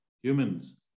humans